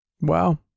wow